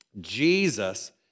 Jesus